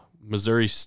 Missouri